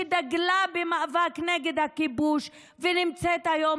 שדגלה במאבק נגד הכיבוש ונמצאת היום